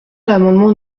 l’amendement